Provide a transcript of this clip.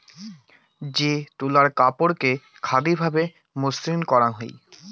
যে তুলার কাপড়কে খাদি ভাবে মসৃণ করাং হই